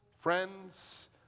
friends